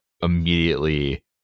immediately –